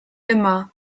immer